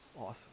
Awesome